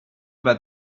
about